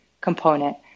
Component